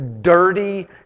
dirty